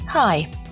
Hi